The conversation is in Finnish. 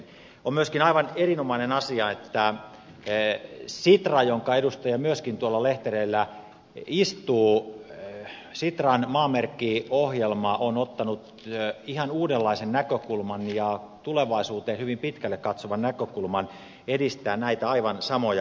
on myöskin aivan erinomainen asia että sitran jonka edustaja myöskin tuolla lehterillä istuu maamerkit ohjelma on ottanut ihan uudenlaisen näkökulman ja tulevaisuuteen hyvin pitkälle katsovan näkökulman edistää näitä aivan samoja asioita